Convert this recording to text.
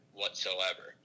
whatsoever